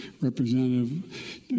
Representative